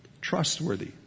trustworthy